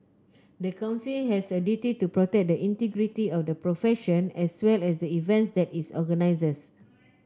the Council has a duty to protect the integrity of the profession as well as the events that it organises